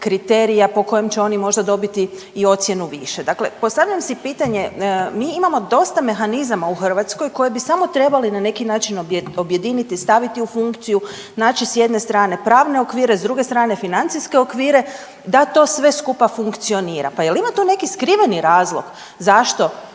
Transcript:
kriterija po kojem će oni možda dobiti i ocjenu više. Dakle, postavljam si pitanje, mi imamo dosta mehanizama u Hrvatskoj koje bi samo trebali na neki način objediniti i staviti u funkciju, naći s jedne strane pravne okvire, s druge strane financijske okvire da to sve skupa funkcionira, pa je li ima tu neki skriveni razlog zašto